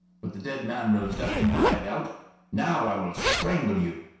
but the dead man rose up and cried out now i will strangle you.